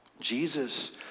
Jesus